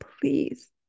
please